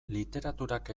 literaturak